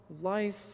life